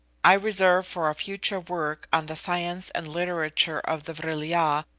i reserve for a future work on the science and literature of the vril-ya,